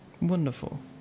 Wonderful